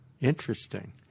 Interesting